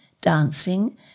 dancing